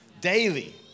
daily